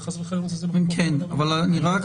אני חס וחלילה לא מזלזל בפיקוח הפרלמנטרי.